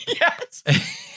yes